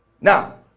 Now